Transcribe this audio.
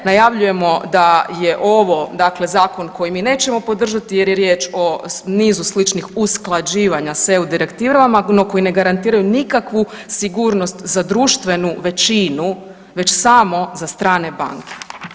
Najavljujemo da je ovo zakon koji mi nećemo podržati jer je riječ o nizu sličnih usklađivanja s EU direktivama no koji ne garantiraju nikakvu sigurnost za društvenu većinu već samo za strane banke.